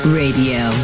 radio